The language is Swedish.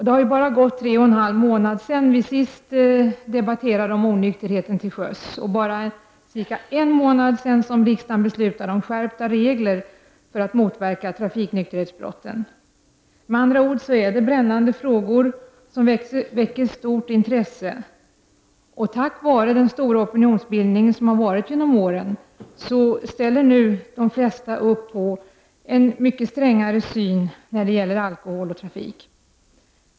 Det har bara gått tre och en halv månad sedan vi senast debatterade frågan om hur vi ser på onykterheten till sjöss, och bara för cirka en månad sedan beslutade riksdagen om skärpta regler för att motverka trafiknykterhetsbrott. Med andra ord: Detta är brännande frågor, som väcker stort intresse. Tack vare den intensiva opinionsbildningen genom åren ställer sig nu de flesta bakom en mycket strängare syn när det gäller alkohol och trafik.